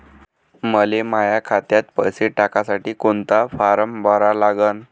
मले माह्या खात्यात पैसे टाकासाठी कोंता फारम भरा लागन?